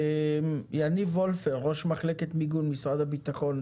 יניב וולפר, ראש מחלקת מיגון, משרד הביטחון.